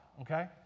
okay